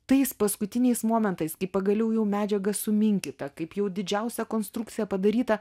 tais paskutiniais momentais kai pagaliau jau medžiaga suminkyta kaip jau didžiausia konstrukcija padaryta